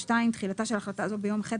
תחילה2.תחילתה של החלטה זו ביום ח'